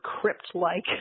crypt-like